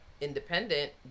independent